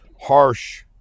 harsh